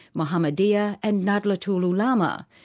mohammadiyah and nahdlatul ulama.